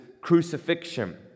crucifixion